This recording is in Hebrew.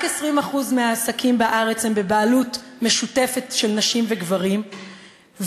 רק 20% מהעסקים בארץ הם בבעלות משותפת של נשים וגברים,